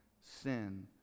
sin